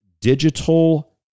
digital